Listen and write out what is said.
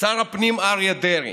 שר הפנים אריה דרעי.